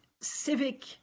civic